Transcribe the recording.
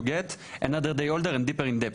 get / another day / older and deeper and dept.